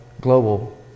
global